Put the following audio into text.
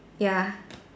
ya